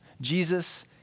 Jesus